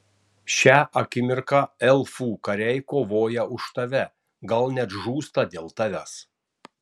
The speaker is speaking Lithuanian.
šią akimirką elfų kariai kovoja už tave gal net žūsta dėl tavęs